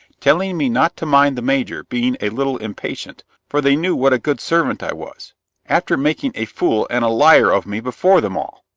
telling me not to mind the major being a little impatient for they knew what a good servant i was after making a fool and a liar of me before them all!